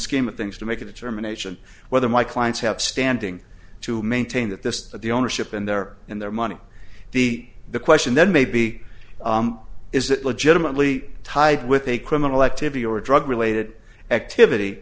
scheme of things to make a determination whether my clients have standing to maintain that this but the ownership and their and their money be the question then may be is that legitimately tied with a criminal activity or a drug related activity